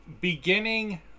beginning